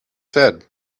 said